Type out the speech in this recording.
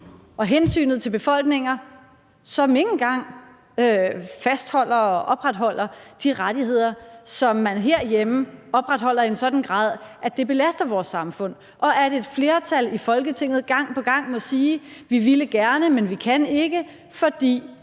og hensynet til befolkninger, som ikke engang fastholder og opretholder de rettigheder, som man herhjemme opretholder i en sådan grad, at det belaster vores samfund. Og et flertal i Folketinget må gang på gang sige: Vi ville gerne, men vi kan ikke på